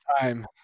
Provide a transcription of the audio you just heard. time